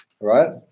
right